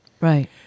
Right